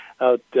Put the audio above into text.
out